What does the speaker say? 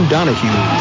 Donahue